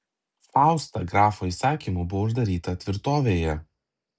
fausta grafo įsakymu buvo uždaryta tvirtovėje